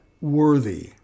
worthy